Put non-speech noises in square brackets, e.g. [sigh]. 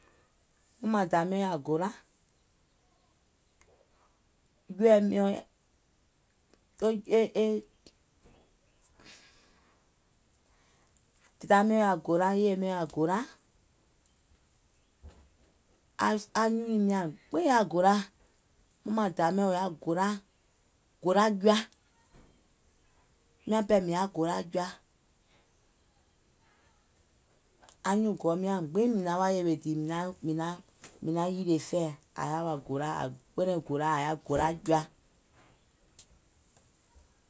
Màmàŋ da miɔ̀ŋ yaȧ golà, [unintelligible] dèda miɔ̀ŋ yaà golà, yèye miɔ̀ŋ yaà golà, a a nyunùim nyàŋ gbiŋ yaà golà. Màmàŋ da miɔ̀ŋ wò yaȧ golà, golà jɔa, miàŋ pɛɛ mìŋ yaà golà jɔa, anyuùŋ gɔuim nyàŋ gbiŋ mìŋ wa yèwè dìì mìŋ naŋ mìŋ naŋ yìlè fɛ̀ɛ̀ àŋ yaà wa golà, àŋ kpɛlɛ golàa, àŋ yaȧ golà jɔa.